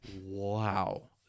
wow